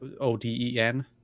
O-D-E-N